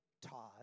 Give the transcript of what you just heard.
Todd